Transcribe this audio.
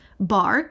bark